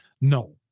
No